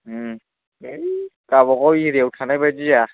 उम है गावबागाव एरियाआव थानायबादि जाया